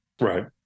Right